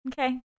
Okay